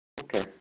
Okay